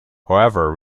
however